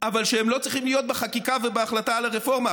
אבל שהם לא צריכים להיות בחקיקה ובהחלטה על הרפורמה,